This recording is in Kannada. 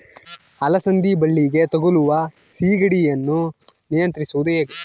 ಅಲಸಂದಿ ಬಳ್ಳಿಗೆ ತಗುಲುವ ಸೇಗಡಿ ಯನ್ನು ನಿಯಂತ್ರಿಸುವುದು ಹೇಗೆ?